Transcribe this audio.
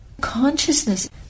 consciousness